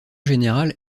générale